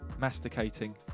masticating